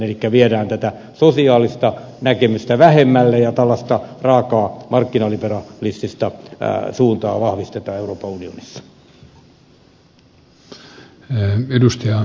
elikkä viedään tätä sosiaalista näkemystä vähemmälle ja tällaista raakaa markkinaliberalistista suuntaa vahvistetaan euroopan unionissa